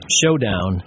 showdown